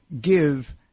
give